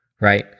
right